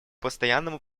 постоянному